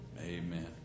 amen